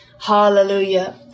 Hallelujah